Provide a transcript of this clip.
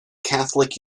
catholic